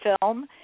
film